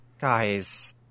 guys